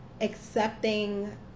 accepting